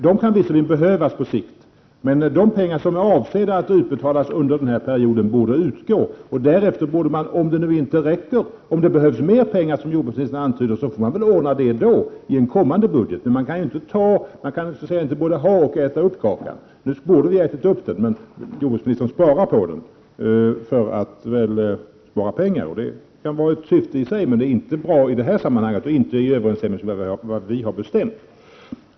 De kan visserligen behövas på sikt, men de pengar som är avsedda att utbetalas under den här perioden borde utgå. Om det inte räcker och det i så fall behövs mer pengar, som jordbruksministern antydde, får man väl ordna det i en kommande budget. Man kan inte både ha kakan och äta upp den. Nu borde vi ha ätit upp kakan, men jordbruksministern vill spara på den för att spara pengar. Det kan ju vara ett syfte i sig men det är inte bra i det här sammanhanget och inte i överensstämmelse med vad vi har bestämt.